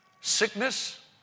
sickness